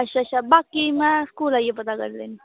अच्छा अच्छा बाकी में स्कूल आह्नियै पता करी लैनी आं